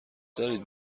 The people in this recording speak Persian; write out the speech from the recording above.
دارید